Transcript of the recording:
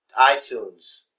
iTunes